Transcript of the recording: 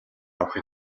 авахыг